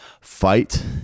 fight